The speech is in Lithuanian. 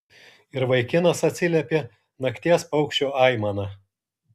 ir vaikinas atsiliepė nakties paukščio aimana